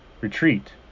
Retreat